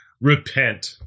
repent